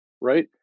right